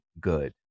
good